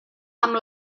amb